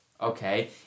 okay